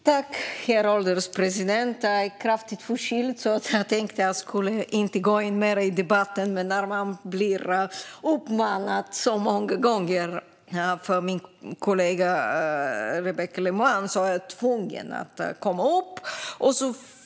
Herr ålderspresident! Jag är kraftigt förkyld, så jag tänkte inte gå upp mer i debatten. Men eftersom jag blev uppmanad så många gånger av min kollega Rebecka Le Moine blev jag tvungen att göra det.